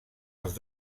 els